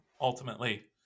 ultimately